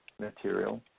material